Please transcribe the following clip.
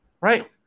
right